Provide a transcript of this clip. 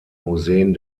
museen